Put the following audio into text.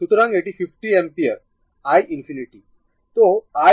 সুতরাং এটি 50 অ্যাম্পিয়ারi ∞